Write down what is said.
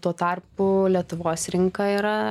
tuo tarpu lietuvos rinka yra